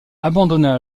abandonna